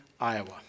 Iowa